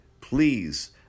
please